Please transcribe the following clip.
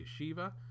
yeshiva